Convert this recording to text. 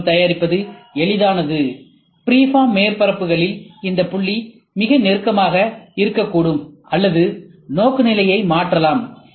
C மூலம் தயாரிப்பது எளிதானது ஃப்ரீஃபார்ம் மேற்பரப்புகளில் இந்த புள்ளிகள் மிக நெருக்கமாக இருக்கக்கூடும் அல்லது நோக்குநிலையை மாற்றலாம்